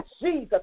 Jesus